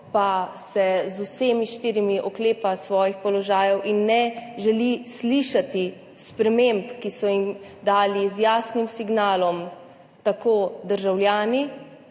z vsemi štirimi oklepa svojih položajev in ne želi slišati sprememb, ki so jim jih dali z jasnim signalom tako državljani,